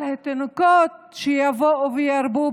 על התינוקות שיבואו וירבו,